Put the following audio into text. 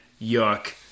yuck